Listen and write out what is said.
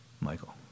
Michael